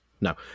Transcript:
no